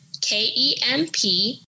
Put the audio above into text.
K-E-M-P